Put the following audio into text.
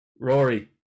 Rory